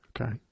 Okay